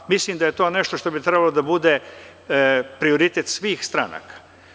Mislim da je to nešto što bi trebalo da bude prioritet svih stranaka.